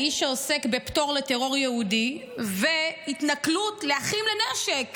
האיש שעוסק בפטור לטרור יהודי והתנכלות לאחים לנשק